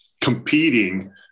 competing